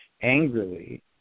angrily